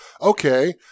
okay